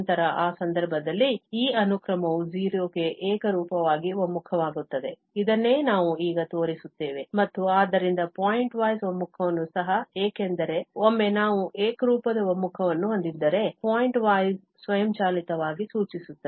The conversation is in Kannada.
ನಂತರ ಆ ಸಂದರ್ಭದಲ್ಲಿ ಈ ಅನುಕ್ರಮವು 0 ಗೆ ಏಕರೂಪವಾಗಿ ಒಮ್ಮುಖವಾಗುತ್ತದೆ ಇದನ್ನೇ ನಾವು ಈಗ ತೋರಿಸುತ್ತೇವೆ ಮತ್ತು ಆದ್ದರಿಂದ ಪಾಯಿಂಟ್ವೈಸ್ ಒಮ್ಮುಖವನ್ನು ಸಹ ಏಕೆಂದರೆ ಒಮ್ಮೆ ನಾವು ಏಕರೂಪದ ಒಮ್ಮುಖವನ್ನು ಹೊಂದಿದ್ದರೆ ಪಾಯಿಂಟ್ವೈಸ್ ಸ್ವಯಂಚಾಲಿತವಾಗಿ ಸೂಚಿಸುತ್ತದೆ